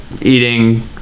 eating